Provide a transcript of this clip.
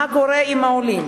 מה קורה עם העולים?